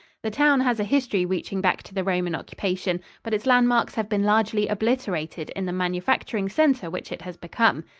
the town has a history reaching back to the roman occupation, but its landmarks have been largely obliterated in the manufacturing center which it has become.